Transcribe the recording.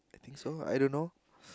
think so I don't know